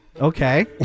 Okay